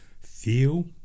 feel